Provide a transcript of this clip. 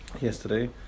yesterday